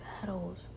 battles